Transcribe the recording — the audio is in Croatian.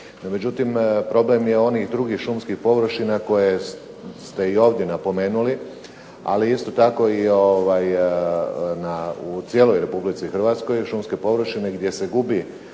međutim problem je onih drugih šumskih površina koje ste i ovdje napomenuli ali isto tako i u cijeloj Republici Hrvatskoj šumske površine gdje se gubi